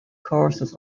courses